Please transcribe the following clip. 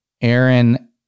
Aaron